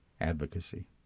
advocacy